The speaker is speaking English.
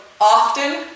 often